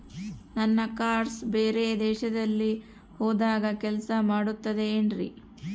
ನನ್ನ ಕಾರ್ಡ್ಸ್ ಬೇರೆ ದೇಶದಲ್ಲಿ ಹೋದಾಗ ಕೆಲಸ ಮಾಡುತ್ತದೆ ಏನ್ರಿ?